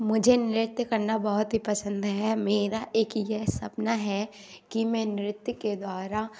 मुझे नृत्य करना बहुत ही पसंद है मेरा एक यह सपना है कि मैं नृत्य के द्वारा